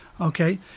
okay